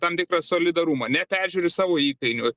tam tikrą solidarumą neperžiūri savo įkainių